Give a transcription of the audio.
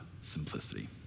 simplicity